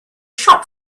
shop